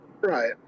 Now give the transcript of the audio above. right